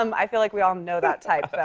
um i feel like we all know that type, though,